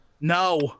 No